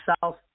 South